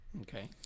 Okay